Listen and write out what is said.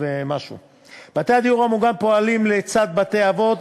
בתי הדיור המוגן פועלים לצד בתי-אבות,